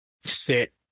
sit